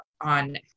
on